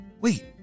Wait